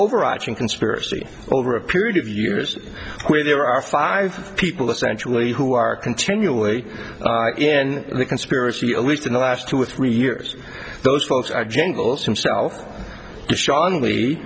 overarching conspiracy over a period of years where there are five people essentially who are continually in the conspiracy at least in the last two or three years those folks are jungles himself s